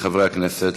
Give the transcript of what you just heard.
מחברי הכנסת,